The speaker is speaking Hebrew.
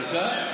בבקשה?